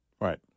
Right